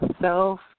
self